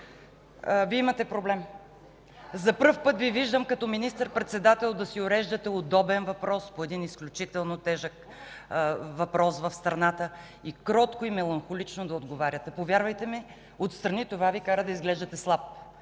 Вие имате проблем! За пръв път Ви виждам като министър-председател да си уреждате удобен въпрос по един изключително тежък въпрос в страната и кротко, и меланхолично да отговаряте. Повярвайте ми, отстрани това Ви кара да изглеждате слаб.